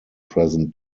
present